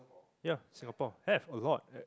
ya Singapore have a lot